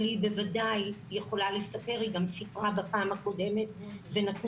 ואני אשמח ענבר אולי באמת לתת לך גם כן את ההזדמנות לפתוח ולדבר